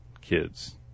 kids